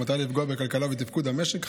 במטרה לפגוע בכלכלה ובתפקוד המשק.